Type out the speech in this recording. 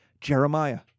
Jeremiah